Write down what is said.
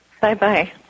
Bye-bye